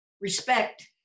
respect